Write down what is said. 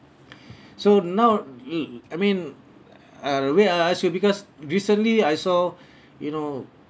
so now I mean uh why I ask you because recently I saw you know